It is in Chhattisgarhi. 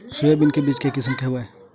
सोयाबीन के बीज के किसम के हवय?